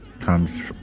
comes